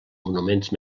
monuments